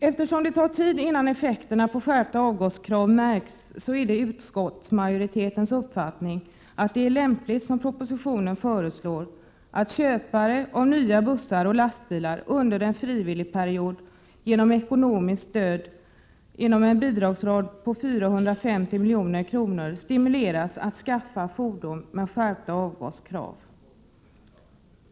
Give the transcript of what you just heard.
Eftersom det tar tid innan effekterna av skärpta krav på avgasrening märks är det utskottsmajoritetens uppfattning att det är lämpligt, som föreslås i propositionen, att köpare av nya bussar och lastbilar under en frivilligperiod genom ekonomiskt stöd inom en bidragsram på 450 milj.kr. stimuleras att skaffa fordon med bättre avgasrening.